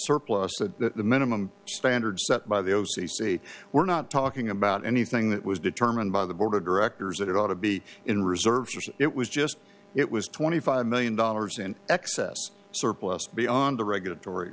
surplus that the minimum standards set by the o c c we're not talking about anything that was determined by the board of directors that it ought to be in reserve it was just it was twenty five million dollars in excess surplus beyond the regulatory